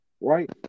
right